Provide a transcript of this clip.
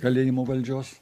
kalėjimo valdžios